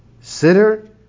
sitter